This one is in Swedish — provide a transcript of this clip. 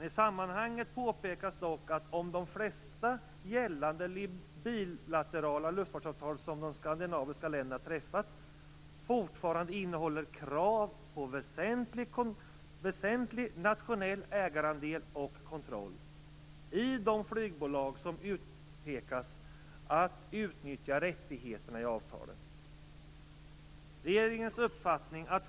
I sammanhanget påpekas dock att de flesta gällande bilaterala luftfartsavtal som de skandinaviska länderna träffat fortfarande innehåller krav på "väsentlig nationell ägarandel och kontroll" i de flygbolag som utpekas att utnyttja rättigheterna i avtalen.